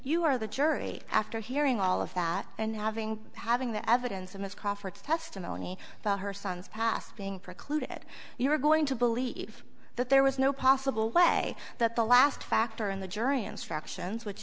you are the jury after hearing all of that and having having the evidence of this conference testimony about her son's past being precluded you are going to believe that there was no possible way that the last factor in the jury instructions which